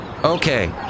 Okay